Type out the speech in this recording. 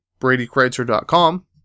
BradyKreitzer.com